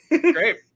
Great